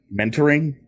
mentoring